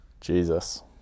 Jesus